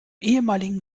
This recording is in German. ehemaligen